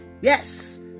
Yes